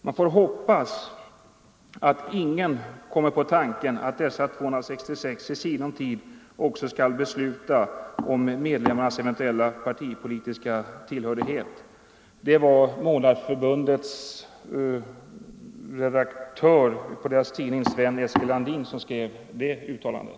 Man får hoppas att ingen kommer på den tanken, att dessa 266 i sinom tid också skall besluta om medlemmarnas eventuella partipolitiska tillhörighet.” Det var redaktör Sven Eskil Landin som gjorde det uttalandet.